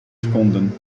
seconden